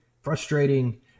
frustrating